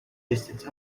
distance